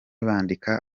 bandika